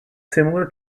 similar